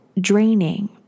draining